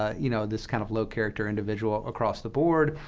ah you know, this kind of low-character individual across the board.